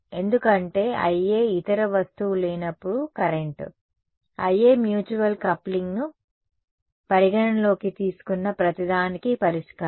ఎందుకంటే IA ఇతర వస్తువు లేనప్పుడు కరెంట్ IA మ్యూచువల్ కప్లింగ్ ను పరిగణనలోకి తీసుకున్న ప్రతిదానికీ పరిష్కారం